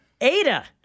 Ada